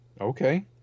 Okay